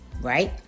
Right